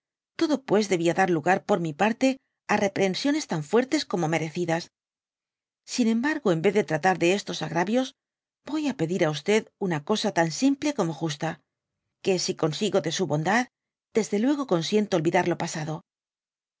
todo pues debia dar lugar por mi parte á reprehensiones tan fuertes como merecidas sin embargo en vez de tratar de estos agravios voy á pedir á una cosa tan simple como justa que si consigo de su bondad desde luego consiento olvidar lo pasado